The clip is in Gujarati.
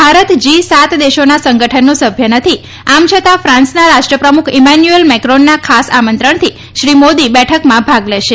ભારત જી સાત દેશોના સંગઠનનો સભ્ય નથી આમ છતાં ફાંસના રાષ્ટ્રપ્રમુખ ઈમેન્યુએલ મેક્રોનના ખાસ આમંત્રણથી શ્રી મોદી બેઠકમાં ભાગ લેશે